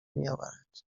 میآورد